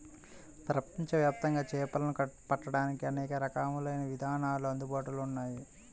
ప్రపంచవ్యాప్తంగా చేపలను పట్టడానికి అనేక రకాలైన విధానాలు అందుబాటులో ఉన్నాయి